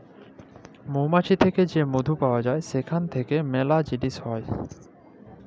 মমাছি থ্যাকে যে মধু পাউয়া যায় সেখাল থ্যাইকে ম্যালা জিলিস হ্যয়